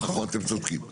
אתם צודקים.